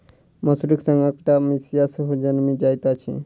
मसुरीक संग अकटा मिसिया सेहो जनमि जाइत अछि